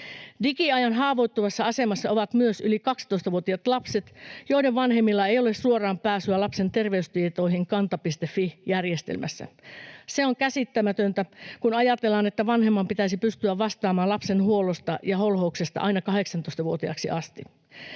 Digiajan haavoittuvassa asemassa ovat myös yli 12-vuotiaat lapset, joiden vanhemmilla ei ole suoraa pääsyä lapsen terveystietoihin kanta.fi-järjestelmässä. Se on käsittämätöntä, kun ajatellaan, että vanhemman pitäisi pystyä vastaamaan lapsen huollosta ja holhouksesta aina 18-vuotiaaksi asti.